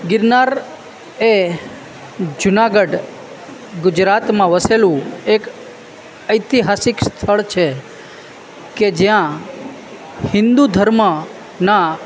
ગિરનાર એ જુનાગઢ ગુજરાતમાં વસેલું એક ઐતિહાસિક સ્થળ છે કે જ્યાં હિન્દુ ધર્મનાં